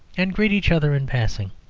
and greet each other in passing.